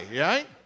right